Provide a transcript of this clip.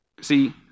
See